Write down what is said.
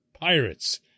pirates